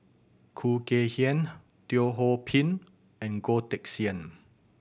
Khoo Kay Hian Teo Ho Pin and Goh Teck Sian